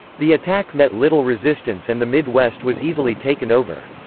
the attack met little resistance and the mid-west was easily taken over.